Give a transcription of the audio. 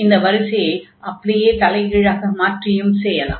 இந்த வரிசையை அப்படியே தலைகீழாக மாற்றியும் செய்யலாம்